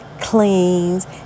cleans